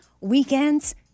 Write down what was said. weekends